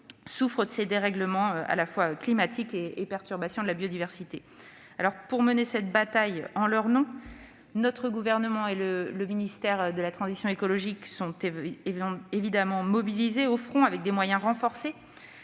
souffrent de ces dérèglements climatiques et de ces perturbations de la biodiversité. Pour mener cette bataille en leur nom, le Gouvernement et le ministère de la transition écologique sont évidemment mobilisés, au front, avec des moyens renforcés.